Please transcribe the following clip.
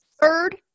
Third